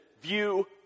view